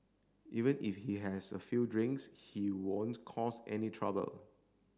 even if he has a few drinks he won't cause any trouble